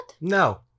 No